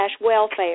welfare